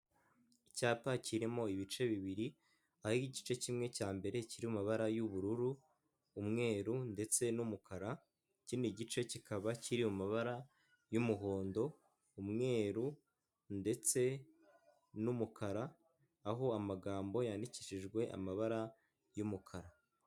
Icyapa kirimo ibice bibiri, aho igice kimwe cyambere kiri mumabara y'ubururu, umweru ndetse n'umukara, kino gice kikaba kiri mabara y'umuhondo, umweru ndetse n'umukara, aho amagambo yandikishijwe amabara y'umukara.